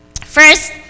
First